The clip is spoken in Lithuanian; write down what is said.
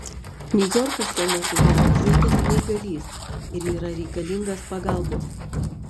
niujorkas šiuo metu yra ieties smaigalys ir yra reikalingas pagalbos